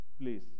Please